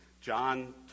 John